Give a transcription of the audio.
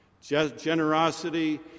generosity